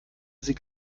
sie